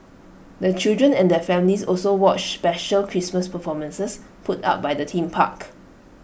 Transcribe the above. the children and their families also watched special Christmas performances put up by the theme park